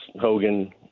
Hogan